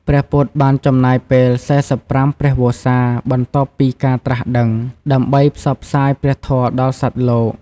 ព្រះពុទ្ធបានចំណាយពេល ៤៥ ព្រះវស្សា បន្ទាប់ពីការត្រាស់ដឹង ដើម្បីផ្សព្វផ្សាយព្រះធម៌ដល់សត្វលោក។